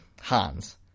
Hans